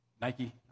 Nike